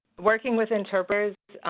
working with interpreters.